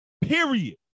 Period